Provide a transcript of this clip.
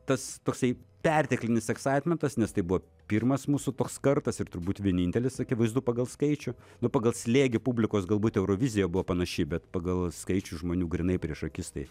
tas toksai perteklinis aksaitmentas nes tai buvo pirmas mūsų toks kartas ir turbūt vienintelis akivaizdu pagal skaičių nu pagal slėgį publikos galbūt eurovizija buvo panaši bet pagal skaičių žmonių grynai prieš akis tai